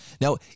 Now